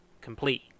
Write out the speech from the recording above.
complete